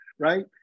right